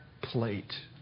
plate